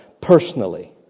personally